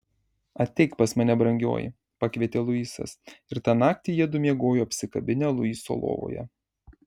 ateik pas mane brangioji pakvietė luisas ir tą naktį jiedu miegojo apsikabinę luiso lovoje